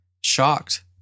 shocked